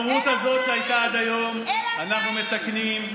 את ההתעמרות הזאת שהייתה עד היום אנחנו מתקנים.